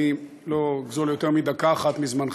אני לא אגזול יותר מדקה אחת מזמנכם.